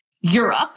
Europe